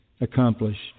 accomplished